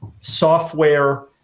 software